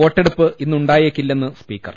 വോട്ടെടുപ്പ് ഇന്നുണ്ടായേക്കില്ലെന്ന് സ്പീക്കർ